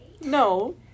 no